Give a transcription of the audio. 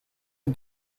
are